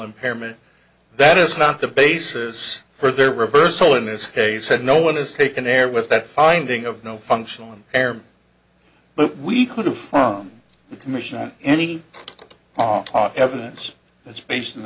impairment that is not the basis for their reversal in this case said no one is taken there with that finding of no functional and error but we could do from the commission on any on evidence that's based